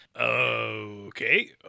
Okay